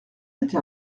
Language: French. été